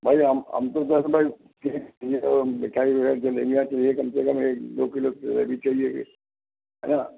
भाई हम हम को थोड़ा सा भाई केक चाहिए और मिठाई वग़ैरह जलेबियाँ चाहिए कम से कम एक दो किलो जलेबी चाहिए है ना